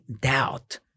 doubt